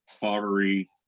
pottery